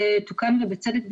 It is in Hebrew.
ובצדק,